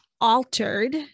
altered